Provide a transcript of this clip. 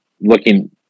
Looking